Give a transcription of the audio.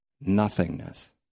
nothingness